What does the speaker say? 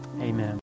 Amen